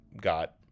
got